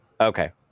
Okay